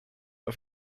auf